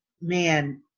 man